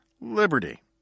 liberty